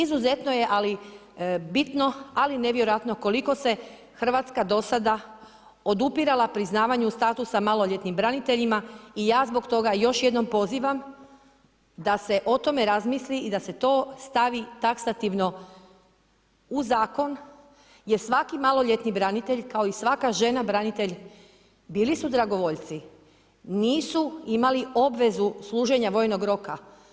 I izuzetno je ali bitno, ali nevjerojatno koliko se Hrvatska do sada odupirala priznavanju statusa maloljetnim braniteljima i ja zbog toga još jednom pozivam da se o tome razmisli i da se to stavi taksativno u zakon, jer svaki maloljetni branitelj kao i svaka žena branitelj bili su dragovoljci, nisu imali obvezu služenja vojnog roka.